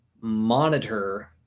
monitor